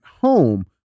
home